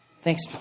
Thanks